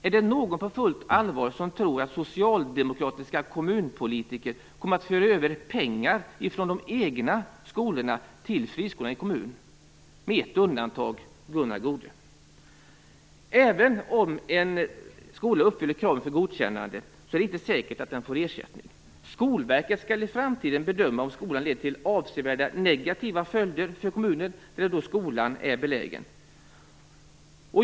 Är det någon som på fullt allvar tror att socialdemokratiska kommunpolitiker kommer att föra över pengar från de egna skolorna till friskolorna i kommunen, med ett undantag - Gunnar Goude? Även om en skola uppfyller kraven för godkännande är det inte säkert att den får ersättning. Skolverket skall i framtiden bedöma om skolan lett till avsevärda negativa följder för kommunen där skolan är belägen.